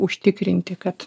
užtikrinti kad